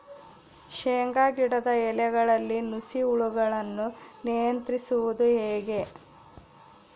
ಶೇಂಗಾ ಗಿಡದ ಎಲೆಗಳಲ್ಲಿ ನುಷಿ ಹುಳುಗಳನ್ನು ನಿಯಂತ್ರಿಸುವುದು ಹೇಗೆ?